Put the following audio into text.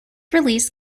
release